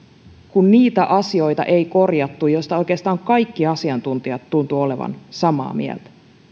kun niitä asioita ei korjattu joista oikeastaan kaikki asiantuntijat tuntuivat olevan samaa mieltä